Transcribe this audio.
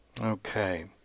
Okay